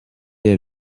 est